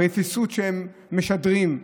הרפיסות שהם משדרים,